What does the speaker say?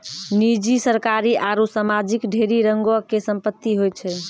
निजी, सरकारी आरु समाजिक ढेरी रंगो के संपत्ति होय छै